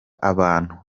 abantu